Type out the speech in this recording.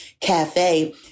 cafe